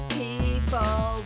people